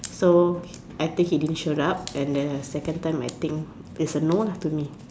so I think he didn't showed up and then the second time its a no to me